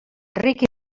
ric